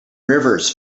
rivers